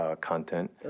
content